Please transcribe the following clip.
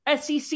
SEC